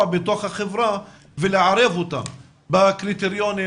בתוך החברה ולערב אותם בקריטריונים